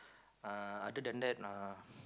uh other than that uh